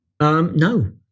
No